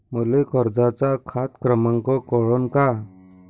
मले कर्जाचा खात क्रमांक कळन का?